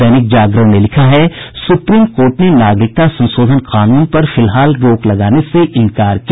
दैनिक जागरण ने लिखा है सुप्रीम कोर्ट ने नागरिकता संशोधन कानून पर फिलहाल रोक लगाने से इंकार किया